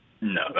No